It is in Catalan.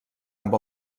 amb